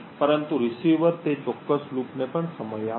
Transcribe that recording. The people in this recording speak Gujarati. પરંતુ રીસીવર તે ચોક્કસ લૂપને પણ સમય આપશે